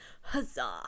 Huzzah